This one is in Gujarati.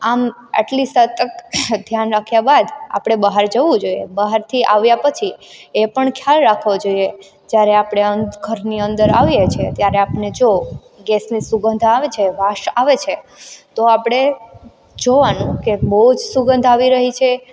આમ આટલી સાતક ધ્યાન રાખ્યા બાદ આપણે બહાર જવું જોઈએ બહારથી આવ્યા પછી એ પણ ખ્યાલ રાખવો જોઈએ જ્યારે આપણે ઘરની અંદર આવીએ છીએ ત્યારે આપને જો ગેસની સુગંધો આવે છે વાસ આવે છે તો આપણે જોવાનું કે બહુ જ સુગંધ આવી રહી છે